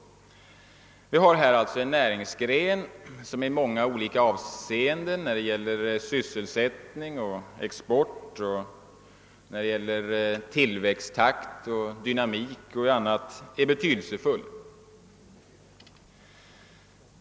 Vi har alltså här en näringsgren som i många olika avseenden — när det gäller sysselsättning, export, tillväxttakt, dynamik och annat — är betydelsefull.